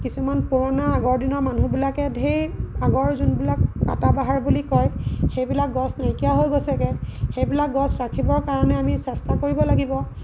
কিছুমান পুৰণা আগৰ দিনৰ মানুহবিলাকে ধেৰ আগৰ যোনবিলাক পাতাবাহাৰ বুলি কয় সেইবিলাক গছ নাইকিয়া হৈ গৈছেগৈ সেইবিলাক গছ ৰাখিবৰ কাৰণে আমি চেষ্টা কৰিব লাগিব